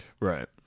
Right